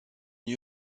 new